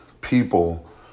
people